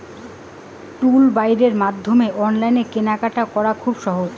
টুলবাইয়ের মাধ্যমত অনলাইন কেনাকাটা করা খুব সোজা